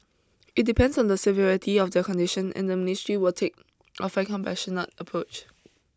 it depends on the severity of their condition and the ministry will take a fair compassionate approach